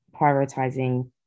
prioritizing